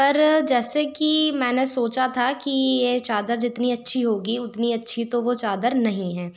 पर जैसे कि मैंने सोचा था कि ये चादर जितनी अच्छी होगी उतना अच्छी तो वो चादर नहीं हैं